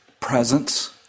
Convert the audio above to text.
presence